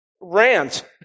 rant